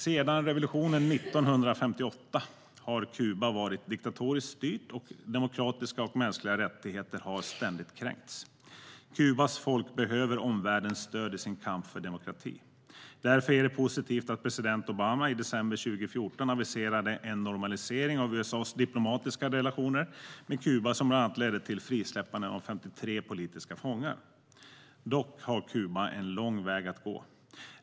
Efter revolutionen 1958 har Kuba varit diktatoriskt styrt, och demokratiska och mänskliga rättigheter har ständigt kränkts. Kubas folk behöver omvärldens stöd i sin kamp för demokrati. Därför är det positivt att president Obama i december 2014 aviserade en normalisering av USA:s diplomatiska relationer med Kuba som bland annat ledde till frisläppandet av 53 politiska fångar. Dock har Kuba en lång väg att gå.